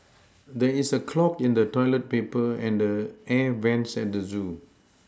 there is a clog in the toilet paper and the air vents at the zoo